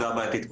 יותר